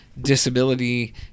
disability